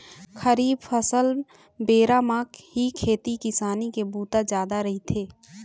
खरीफ फसल बेरा म ही खेती किसानी के बूता जादा रहिथे